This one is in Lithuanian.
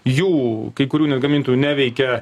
jų kai kurių net gamintojų neveikia